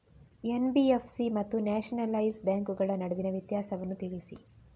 NBFC ಮತ್ತು nationalise ಬ್ಯಾಂಕುಗಳ ನಡುವಿನ ವ್ಯತ್ಯಾಸವನ್ನು ತಿಳಿಸಿ?